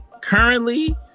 Currently